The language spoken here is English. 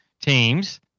teams